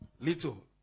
little